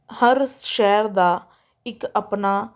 ਹਰ ਸ਼ਹਿਰ ਦਾ ਇੱਕ ਆਪਣਾ